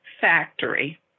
factory